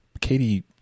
Katie